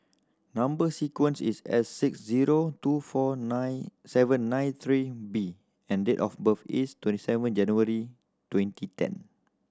number sequence is S six zero two four nine seven nine three B and date of birth is twenty seven January twenty ten